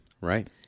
Right